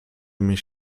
mich